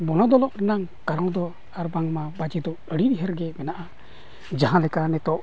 ᱵᱚᱱᱚᱫᱚᱞᱚᱜ ᱨᱮᱱᱟᱜ ᱠᱟᱨᱚᱱ ᱫᱚ ᱟᱨ ᱵᱟᱝᱢᱟ ᱵᱟᱡᱮ ᱫᱚ ᱟᱹᱰᱤ ᱰᱷᱮᱨᱜᱮ ᱢᱮᱱᱟᱜᱼᱟ ᱡᱟᱦᱟᱸ ᱞᱮᱠᱟ ᱱᱤᱛᱚᱜ